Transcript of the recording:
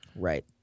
Right